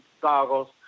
goggles